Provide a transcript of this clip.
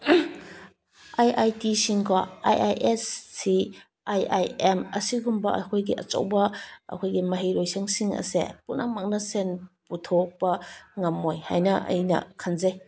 ꯑꯥꯏ I ꯇꯤꯁꯤꯡꯀꯣ I I S C I I M ꯑꯁꯤꯒꯨꯝꯕ ꯑꯩꯈꯣꯏꯒꯤ ꯑꯆꯧꯕ ꯑꯩꯈꯣꯏꯒꯤ ꯃꯍꯩꯂꯣꯏꯁꯑꯪꯁꯤꯡ ꯑꯁꯦ ꯄꯨꯝꯅꯃꯛꯅ ꯁꯦꯟ ꯄꯨꯊꯣꯛꯄ ꯉꯝꯃꯣꯏ ꯍꯥꯏꯅ ꯑꯩꯅ ꯈꯟꯖꯩ